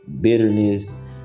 bitterness